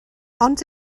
ond